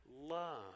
love